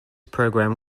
program